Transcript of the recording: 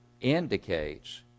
indicates